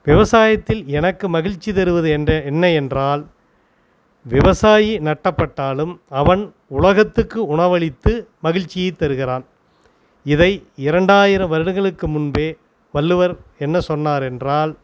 விவசாயத்தில் எனக்கு மகிழ்ச்சி தருவது என்றே என்ன என்றால் விவசாயி நட்டப்பட்டாலும் அவன் உலகத்துக்கு உணவளித்து மகிழ்ச்சியைத் தருகிறான் இதை இரண்டாயிரம் வருடங்களுக்கு முன்பே வள்ளுவர் என்ன சொன்னார் என்றால்